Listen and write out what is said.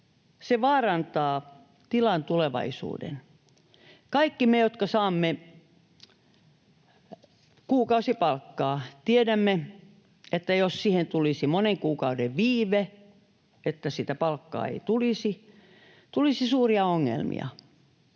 Se vaarantaa tilan tulevaisuuden. Kaikki me, jotka saamme kuukausipalkkaa, tiedämme, että jos siihen tulisi monen kuukauden viive, että sitä palkkaa ei tulisi, tulisi suuria ongelmia.